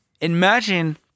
imagine